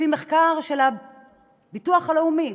לפי מחקר של הביטוח הלאומי,